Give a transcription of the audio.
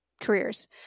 careers